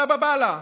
עלא באב אללה.